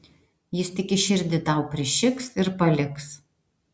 jis tik į širdį tau prišiks ir paliks